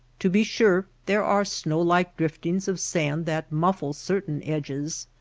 to be sure there are snow-like drif tings of sand that muffle certain edges.